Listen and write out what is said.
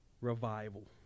revival